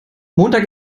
montag